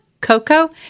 Coco